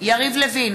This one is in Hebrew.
יריב לוין,